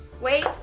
Wait